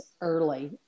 early